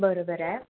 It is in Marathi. बरोबर आहे